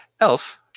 Elf